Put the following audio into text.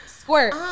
squirt